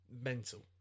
mental